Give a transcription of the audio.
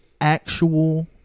actual